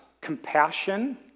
compassion